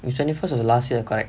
his twenty first was last year correct